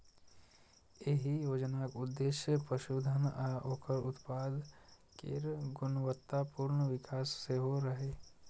एहि योजनाक उद्देश्य पशुधन आ ओकर उत्पाद केर गुणवत्तापूर्ण विकास सेहो रहै